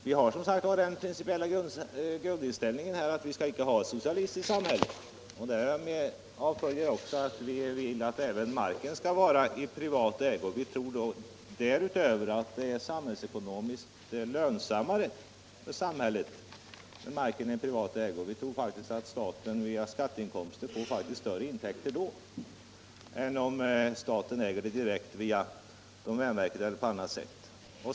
Vi har som sagt den principiella grundinställningen att vi inte skall ha ett socialistiskt samhälle, och därav följer också att vi vill att även marken skall vara i privat ägo. Vi tror dessutom att det är samhällsekonomiskt lönsammare, om marken är i privat ägo. Vi tror att staten via skatteintäkter faktiskt får större inkomster i det fallet än om staten äger marken genom domänverket eller på annat sätt.